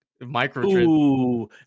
micro